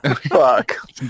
fuck